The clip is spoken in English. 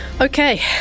Okay